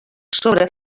sobre